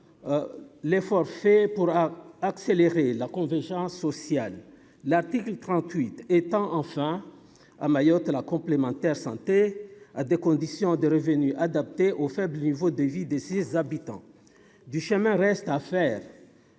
l'effort fait pour accélérer la convergence sociale, l'article trente-huit étant enfin à Mayotte la complémentaire santé à des conditions de revenus adapté au faible niveau de vie de ses habitants, du chemin reste à faire